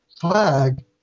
flag